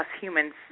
humans